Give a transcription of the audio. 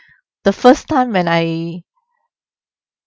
the first time when I